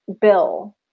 Bill